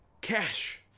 cash